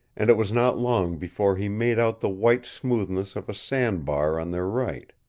and it was not long before he made out the white smoothness of a sandbar on their right.